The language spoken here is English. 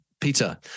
Peter